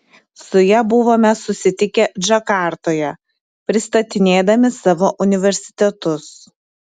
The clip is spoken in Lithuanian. su ja buvome susitikę džakartoje pristatinėdami savo universitetus